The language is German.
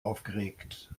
aufgeregt